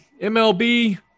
MLB